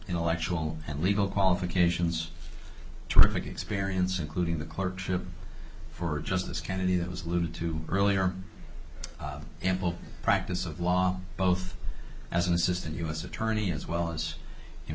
intellectual and legal qualifications terrific experience including the clerkship for justice kennedy that was alluded to earlier ample practice of law both as an assistant u s attorney as well as in